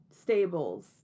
stables